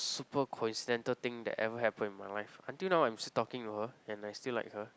super coincidental thing that ever happen in my life until now I'm still talking to her and I still like her